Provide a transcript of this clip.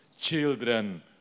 children